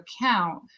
account